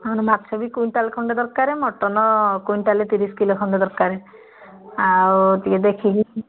ଆମର ମାଛ ବି କୁଇଣ୍ଟାଲ ଖଣ୍ଡେ ଦରକାର ମଟନ କୁଇଣ୍ଟାଲ ତିରିଶ କିଲୋ ଖଣ୍ଡେ ଦରକାର ଆଉ ଟିକେ ଦେଖିକି